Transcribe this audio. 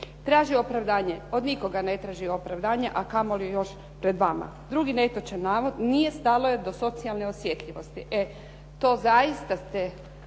Traži opravdanje, od nikoga ne traži opravdanje a kamo li još pred vama. Drugi netočan navod, nije joj stalo do socijalne osjetljivosti. E to zaista ste